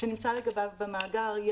שנמצא לגביו במאגר,